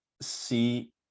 see